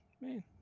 man